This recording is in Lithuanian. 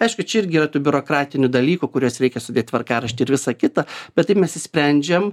aišku čia irgi yra tų biurokratinių dalykų kuriuos reikia sudėt tvarkaraštį ir visa kita bet tai mes išsprendžiam